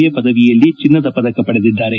A ಪದವಿಯಲ್ಲಿ ಚಿನ್ನದ ಪದಕ ಪಡೆದಿದ್ದಾರೆ